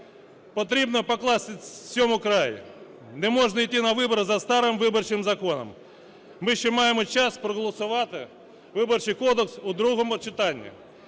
Потрібно покласти цьому край! Не можна йти на вибори за старим виборчим законом. Ми ще маємо час проголосувати Виборчий кодекс у другому читанні.